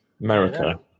America